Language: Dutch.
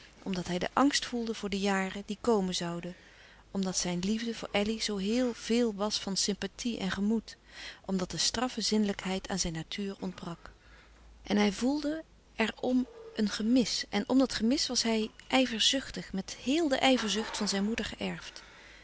omdat hij den angst voelde voor de jaren die komen zouden omdat zijn liefde voor elly zoo heel veel was van sympathie en gemoed omdat de straffe zinnelijkheid aan zijn natuur ontbrak en hij voelde er om een gemis en om dat gemis was hij ijverzuchtig met héel de ijverzucht van zijn moeder geërfd